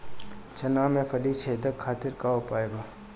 चना में फली छेदक खातिर का उपाय बा?